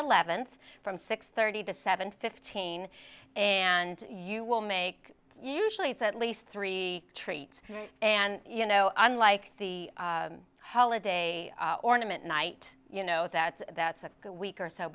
eleventh from six thirty to seven fifteen and you will make usually it's at least three treats and you know unlike the holiday ornament night you know that that's a good week or so